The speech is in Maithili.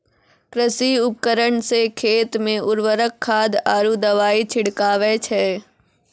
कृषि उपकरण सें खेत मे उर्वरक खाद आरु दवाई छिड़कावै छै